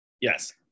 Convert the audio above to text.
Yes